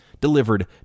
delivered